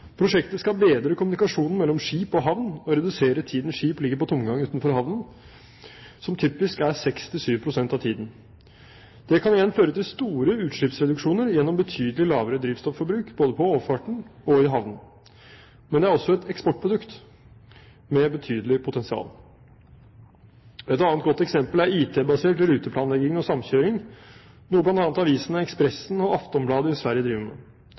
Prosjektet skal bedre kommunikasjonen mellom skip og havn og redusere tiden skip ligger på tomgang utenfor havnen, som typisk er 6–7 pst. av tiden. Det kan igjen føre til store utslippsreduksjoner gjennom betydelig lavere drivstofforbruk, både på overfarten og i havnen. Men det er også et eksportprodukt med et betydelig potensial. Et annet godt eksempel er IT-basert ruteplanlegging og samkjøring, noe bl.a. avisene Expressen og Aftonbladet i Sverige driver med.